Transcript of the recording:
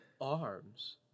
arms